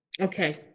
Okay